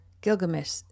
Gilgamesh